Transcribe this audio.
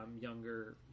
younger